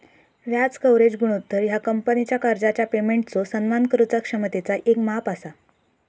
व्याज कव्हरेज गुणोत्तर ह्या कंपनीचा कर्जाच्या पेमेंटचो सन्मान करुचा क्षमतेचा येक माप असा